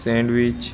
sandwich